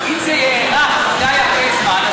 אבל אם זה יארך הרבה מדי זמן,